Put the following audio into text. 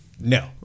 No